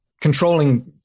controlling